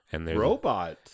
Robots